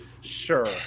sure